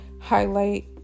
highlight